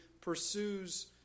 pursues